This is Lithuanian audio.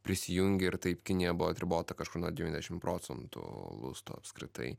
prisijungė ir taip kinija buvo atribota kažkur nuo devyniasdešim procentų lusto apskritai